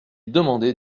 demandé